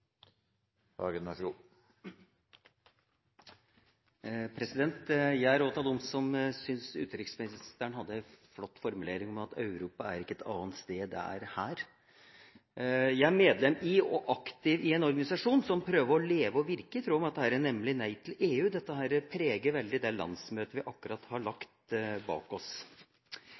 dem som syns utenriksministeren hadde en flott formulering: «Europa er ikke et annet sted. Det er her.» Jeg er medlem i – og aktiv i – en organisasjon som prøver å leve og virke i tråd med dette, nemlig Nei til EU. Dette preget veldig det landsmøtet vi akkurat har lagt bak oss.